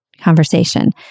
conversation